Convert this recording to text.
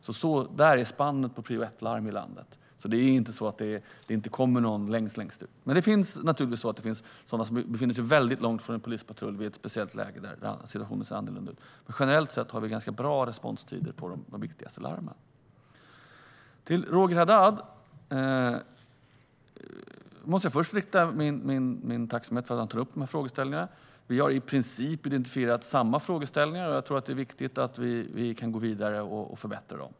Det är alltså spannet på prio 1-larm i landet. Det är inte så att det inte kommer någon till dem som är längst bort. Det finns naturligtvis de som befinner sig mycket långt från en polispatrull i ett speciellt läge där situationen ser annorlunda ut, men generellt sett har vi ganska bra responstider på de viktigaste larmen. Till Roger Haddad måste jag först rikta min tacksamhet för att han tog upp de här frågeställningarna. Vi har i princip identifierat samma frågeställningar, och jag tror att det är viktigt att vi kan gå vidare och förbättra dem.